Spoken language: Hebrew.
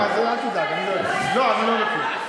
אז אל תדאג, אני לא, לא, אני לא מכיר.